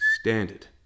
standard